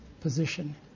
position